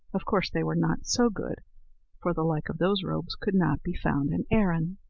of course they were not so good for the like of those robes could not be found in erin.